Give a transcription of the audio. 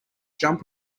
jump